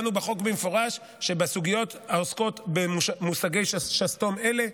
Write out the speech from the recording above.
במפורש שבסוגיות העוסקות במושגי שסתום אלה,